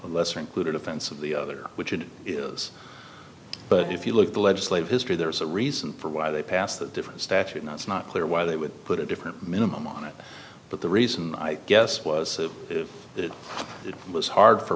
a lesser included offense of the other which it was but if you look at the legislative history there's a reason for why they passed that different statute now it's not clear why they would put a different minimum on it but the reason i guess was it was hard for